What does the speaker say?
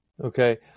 Okay